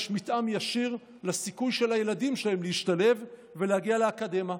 יש מתאם ישיר לסיכוי של הילדים שלהם להשתלב ולהגיע לאקדמיה.